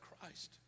Christ